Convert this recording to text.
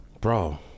Bro